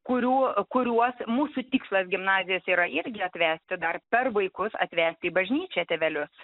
kurių kuriuos mūsų tikslas gimnazijos yra irgi atvesti dar per vaikus atvesti į bažnyčią tėvelius